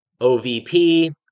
OVP